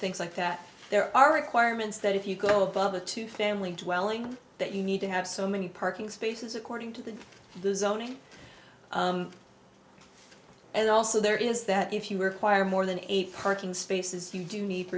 things like that there are requirements that if you go above a two family dwelling that you need to have so many parking spaces according to the zoning and also there is that if you require more than eight parking spaces you do need